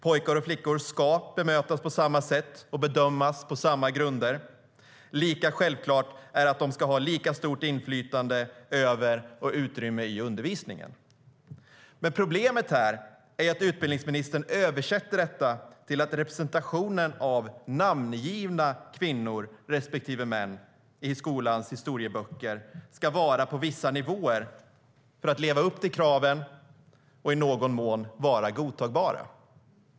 Pojkar och flickor ska bemötas på samma sätt och bedömas på samma grunder. Lika självklart är det att de ska ha lika stort inflytande över och utrymme i undervisningen. Problemet är att utbildningsministern översätter detta till att representationen av namngivna kvinnor respektive män i skolans historieböcker ska vara på vissa nivåer för att leva upp till kraven och i någon mån vara godtagbara.